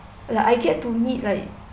like I get to meet like